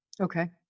Okay